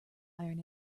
iron